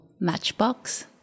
matchbox